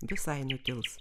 visai nutils